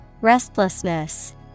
Restlessness